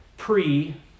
pre-